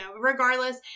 Regardless